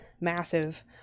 massive